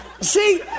see